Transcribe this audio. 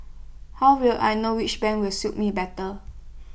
how will I know which bank will suits me better